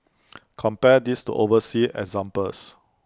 compare this to overseas examples